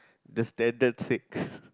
the standard sake